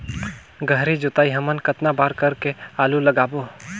गहरी जोताई हमन कतना बार कर के आलू लगाबो?